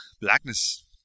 Blackness